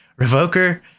Revoker